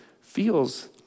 feels